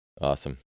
Awesome